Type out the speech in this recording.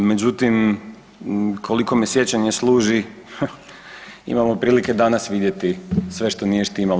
Međutim, koliko me sjećanje služi imamo prilike danas vidjeti sve što nije štimalo.